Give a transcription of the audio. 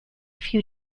few